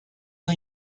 are